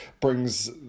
Brings